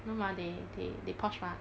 no mah they they they porsche ma